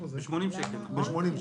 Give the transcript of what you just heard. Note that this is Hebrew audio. ב-80 שקלים.